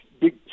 big